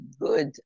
good